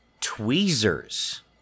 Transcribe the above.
tweezers